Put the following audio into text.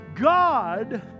God